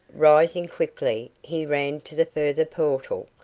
rising quickly, he ran to the further portal,